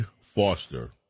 Foster